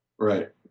Right